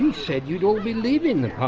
and said you'd all be leaving